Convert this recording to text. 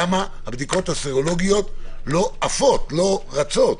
למה הבדיקות הסרולוגיות לא עפות, לא רצות?